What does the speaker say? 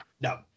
No